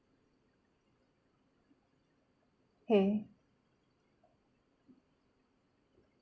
K